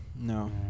No